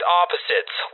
opposites